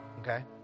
okay